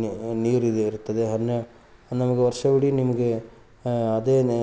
ನಿ ನೀರಿದೆ ಇರುತ್ತದೆ ಹನ್ನೆ ನಮಗೆ ವರ್ಷವಿಡೀ ನಿಮಗೆ ಅದೇ ನಿ